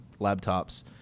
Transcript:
laptops